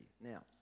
Now